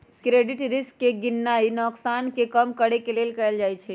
credit risk के गीणनाइ नोकसान के कम करेके लेल कएल जाइ छइ